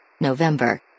November